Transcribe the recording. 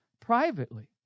privately